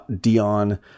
Dion